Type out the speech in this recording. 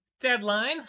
Deadline